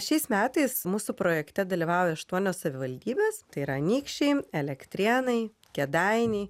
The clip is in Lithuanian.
šiais metais mūsų projekte dalyvauja aštuonios savivaldybės tai yra anykščiai elektrėnai kėdainiai